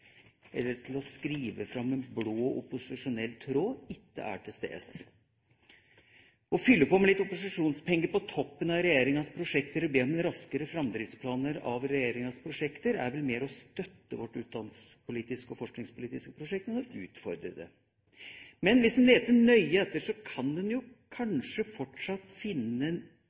eller til å skrive fram en blå opposisjonell tråd, ikke er til stede. Å fylle på med litt opposisjonspenger på toppen av regjeringas prosjekter og be om raskere framdriftsplaner for regjeringas prosjekter er vel mer å støtte vårt utdanningspolitiske og forskningspolitiske prosjekt enn å utfordre det. Men hvis en leter nøye, kan en kanskje fortsatt så vidt finne